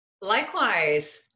Likewise